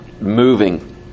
moving